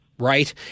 Right